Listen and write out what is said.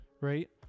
right